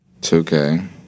2K